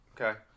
Okay